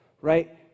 right